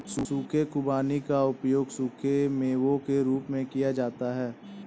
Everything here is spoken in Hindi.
सूखे खुबानी का उपयोग सूखे मेवों के रूप में किया जाता है